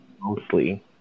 mostly